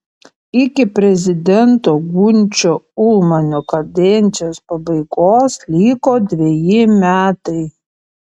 iki prezidento gunčio ulmanio kadencijos pabaigos liko dveji metai